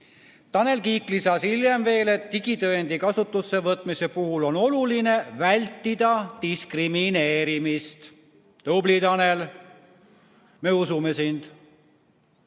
Tanel Kiik lisas hiljem veel seda, et digitõendi kasutusse võtmise puhul on oluline vältida diskrimineerimist. Tubli, Tanel! Me usume sind.